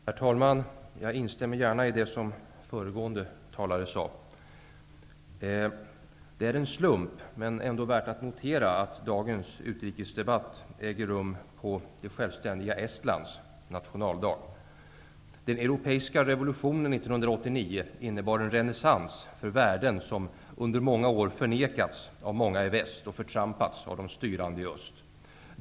Herr talman! Jag instämmer gärna i det som föregående talare sade. Det är en slump, men ändå värt att notera, att dagens utrikespolitiska debatt äger rum på det självständiga Estlands nationaldag. Den europeiska revolutionen 1989 innebar en renässans för värden som under många år förnekats av många i väst och förtrampats av de styrande i öst.